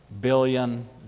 billion